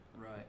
Right